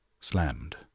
slammed